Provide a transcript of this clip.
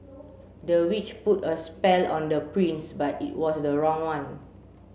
the witch put a spell on the prince but it was the wrong one